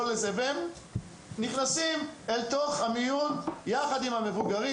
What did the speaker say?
והם נכנסים אל תוך המיון יחד עם המבוגרים,